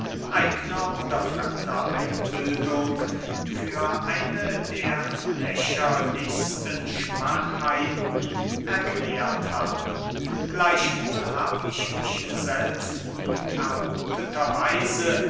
eigner oder fremder einbildung für eine der lächerlichsten schwachheiten erklärt habe gleichwohl hab ich mich selbst unvermutheter weise